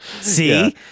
See